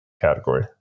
category